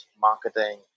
marketing